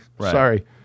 Sorry